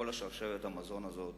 בכל שרשרת המזון הזאת